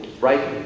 right